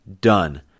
done